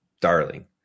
Darling